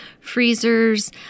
freezers